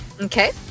Okay